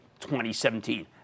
2017